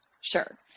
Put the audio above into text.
Sure